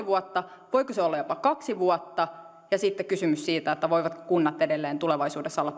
vuotta voiko se olla jopa kaksi vuotta ja sitten kysymys siitä voivatko kunnat edelleen tulevaisuudessa olla